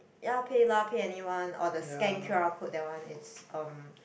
ya paylah pay anyone or the scan q_r code that one it's um